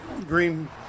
green